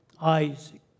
Isaac